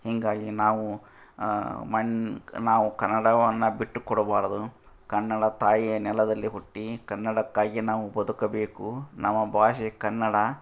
ಹೀಗಾಗಿ ನಾವು ಮಣ್ಣು ನಾವು ಕನ್ನಡವನ್ನ ಬಿಟ್ಟು ಕೊಡ್ಬಾರದು ಕನ್ನಡ ತಾಯಿಯ ನೆಲದಲ್ಲಿ ಹುಟ್ಟಿ ಕನ್ನಡಕ್ಕಾಗಿ ನಾವು ಬದುಕಬೇಕು ನಮ್ಮ ಭಾಷೆ ಕನ್ನಡ